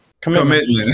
Commitment